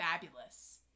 fabulous